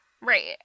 Right